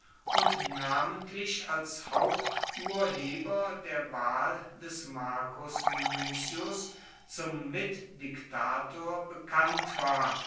und namentlich als haupturheber der wahl des marcus minucius zum mitdiktator bekannt war